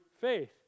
faith